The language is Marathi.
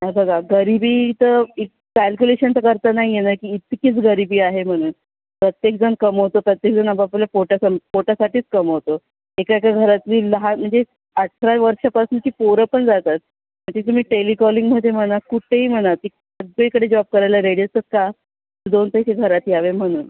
हे बघा गरीबी तर इ कॅल्क्युलेशन तर करता नाही येणार की इतकीच गरीबी आहे म्हणून प्रत्येकजण कमवतो प्रत्येकजण आपापलं पोटा सं पोटासाठीच कमावतो एका एका घरातली लहा म्हणजे अठरा वर्षापासूनची पोरं पण जातात तर ती तुम्ही टेलिकॉलिंगमध्ये म्हणा कुठेही म्हणा ती सगळीकडे जॉब करायला रेडी असतात का तर दोन पैसे घरात यावे म्हणून